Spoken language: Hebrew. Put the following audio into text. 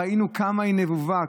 ראינו כמה היא נבובה,